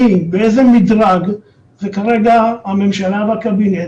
מי ואיזה מדרג זה כרגע הממשלה והקבינט,